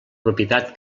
propietat